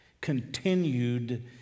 continued